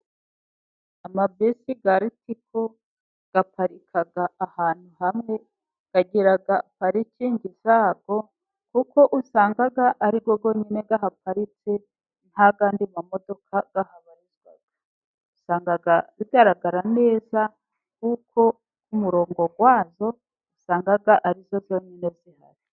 Amabisi ya Ritiko aparika ahantu hamwe. Agira parikingi yazo, kuko usanga ari yo yonyine aparitse, nta yandi mamodoka ahabarizwa. Usanga zigaragara neza, kuko umurongo wazo usanga ari zo zonyine zihari.